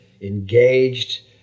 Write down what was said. engaged